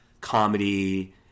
comedy